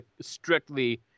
strictly